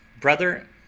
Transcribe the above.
Brother